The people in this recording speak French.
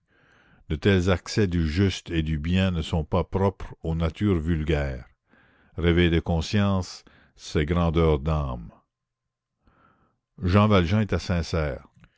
de tels accès du juste et du bien ne sont pas propres aux natures vulgaires réveil de conscience c'est grandeur d'âme jean valjean était sincère